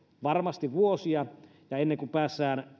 varmasti vuosia ja ennen kuin päästään